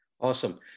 Awesome